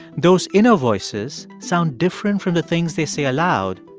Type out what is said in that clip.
those inner voices sound different from the things they say aloud,